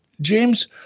James